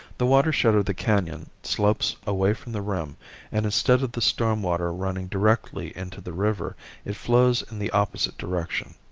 the watershed of the canon slopes away from the rim and instead of the storm water running directly into the river it flows in the opposite direction.